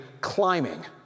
climbing